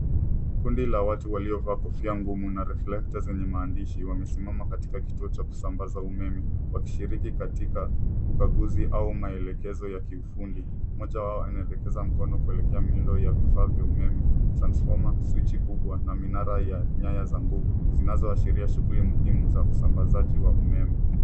Kundi la watu waliovaa kofia ngumu na reflekta zenye maandishi wamesimama katika kituo cha kusambaza umeme wakishiriki katika ukaguzi au maelekezo ya kiufundi. Mmoja wao anaelekeza mkono kuelekea miundo ya vifaa vya umeme, transfoma, swichi kubwa na minara yenye nyaya za nguvu zinazoashiria shughuli muhimu za usambazaji wa umeme.